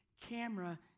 camera